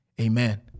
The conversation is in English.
Amen